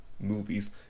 movies